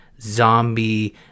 zombie